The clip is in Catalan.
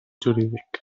jurídic